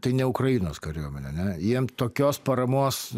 tai ne ukrainos kariuomenė ane jiem tokios paramos